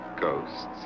ghosts